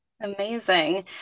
Amazing